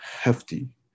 hefty